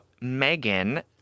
Megan